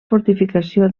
fortificació